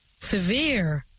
severe